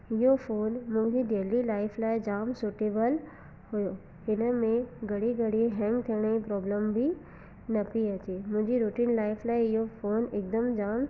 इहो फोन मुंहिंजी daily life लाइ जाम सुटेबल हुओ हिन में घड़ी घड़ी हैंग थियण जी प्रॉब्लम बि न पई अचे मुंहिंजी रूटीन लाइफ लाइ इहो फोन हिकदमु जाम